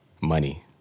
money